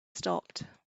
stopped